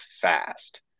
fast